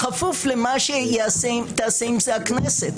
בכפוף למה שתעשה עם זה הכנסת.